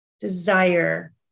desire